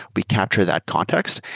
we capture that context.